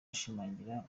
ashimangira